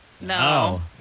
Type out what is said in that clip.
No